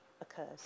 occurs